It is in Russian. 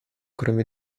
кроме